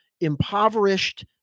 impoverished